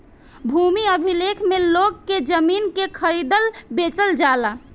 भूमि अभिलेख में लोग के जमीन के खरीदल बेचल जाला